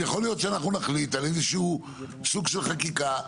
אז יכול שאנחנו נחליט על איזשהו סוג של חקיקה,